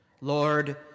Lord